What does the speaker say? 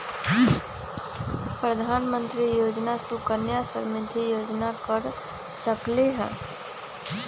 प्रधानमंत्री योजना सुकन्या समृद्धि योजना कर सकलीहल?